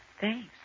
Thanks